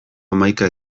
hamaika